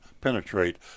penetrate